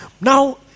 Now